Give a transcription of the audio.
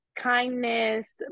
kindness